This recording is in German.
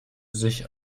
sich